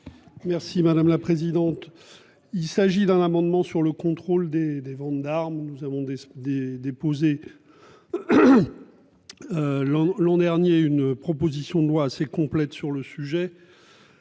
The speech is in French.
Merci madame la présidente. Il s'agit d'un amendement sur le contrôle des des ventes d'armes, nous avons des des. L'an l'an dernier une proposition de loi assez complète sur le sujet.